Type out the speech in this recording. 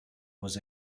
was